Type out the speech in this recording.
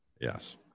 Yes